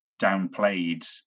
downplayed